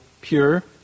pure